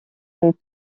les